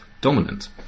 dominant